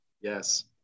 Yes